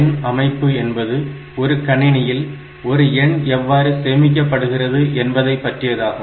எண் அமைப்பு என்பது ஒரு கணினியில் ஒரு எண் எவ்வாறு சேமிக்கப்படுகிறது என்பதை பற்றியதாகும்